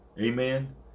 Amen